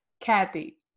kathy